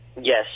Yes